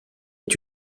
est